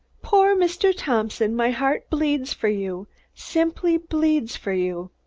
poor mr. thompson, my heart bleeds for you simply bleeds for you.